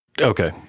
Okay